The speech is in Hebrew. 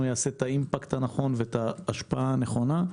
יעשה את האימפקט הנכון ואת ההשפעה הנכונה.